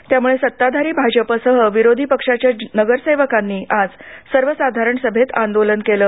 त्यामुळे सताधारी भाजपसह विरोधी पक्षाच्या नगरसेवकांनी आज सर्वसाधारण सभेत आंदोलन केले